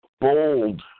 bold